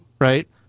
right